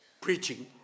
preaching